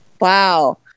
Wow